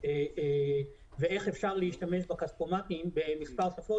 ואיך אפשר להשתמש בכספומטים במספר שפות,